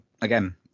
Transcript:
Again